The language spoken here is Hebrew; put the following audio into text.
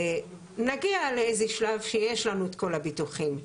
נגיע לאיזה שלב שיש לנו את כל הביטוחים,